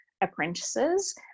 apprentices